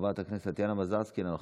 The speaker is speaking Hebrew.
חברת הכנסת טטיאנה מזרסקי, אינה נוכחת.